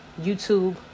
youtube